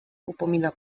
upomina